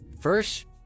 first